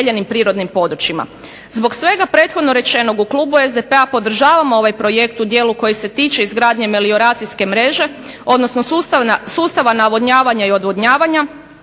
Zbog svega prethodno rečenog u klubu SDP-a podržavamo ovaj projekt u dijelu koji se tiče izgradnje melioracijske mreže, odnosno sustava navodnjavanja i odvodnjavanja,